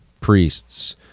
priests